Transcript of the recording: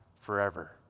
forever